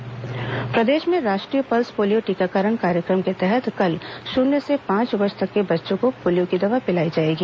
pulse polio टीकाकरण प्रदेश में राष्ट्रीय पल्स पोलियो टीकाकरण कार्यक्रम के तहत कल शुन्य से पांच वर्ष तक के बच्चों को पोलियो की दवा पिलाई जाएगी